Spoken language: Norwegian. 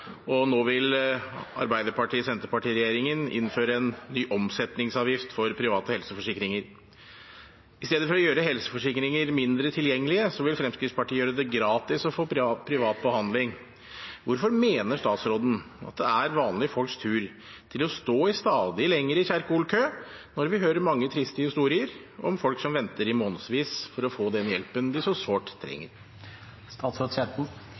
og nå vil Arbeiderparti–Senterparti-regjeringen innføre en ny omsetningsavgift for private helseforsikringer. I stedet for å gjøre helseforsikringer mindre tilgjengelige vil Fremskrittspartiet gjøre det gratis å få privat behandling. Hvorfor mener statsråden at det er vanlige folks tur til å stå i en stadig lengre Kjerkol-kø, når vi hører mange triste historier om folk som venter i månedsvis for å få den hjelpen de så sårt